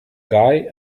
guy